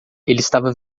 estava